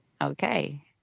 Okay